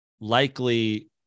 likely